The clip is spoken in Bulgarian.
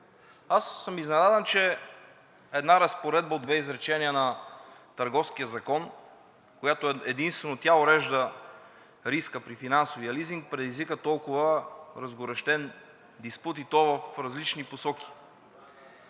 Аз съм изненадан, че една разпоредба от две изречения на Търговския закон, която единствено урежда риска при финансовия лизинг, предизвика толкова разгорещен диспут, и то в различни посоки.